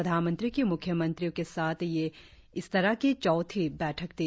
प्रधानमंत्री की म्ख्यमंत्रियों के साथ यह इस तरह की चौथी बैठक थी